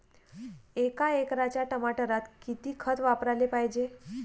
एका एकराच्या टमाटरात किती खत वापराले पायजे?